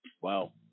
Wow